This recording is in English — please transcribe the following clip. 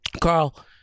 Carl